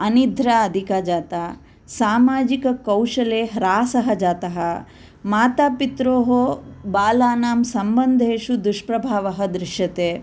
अनिद्रा अधिका जाता सामाजिककौशले ह्रासः जातः माता पित्रोः बालानां सम्बन्धेषु दुष्प्रभावः दृश्यते